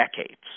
decades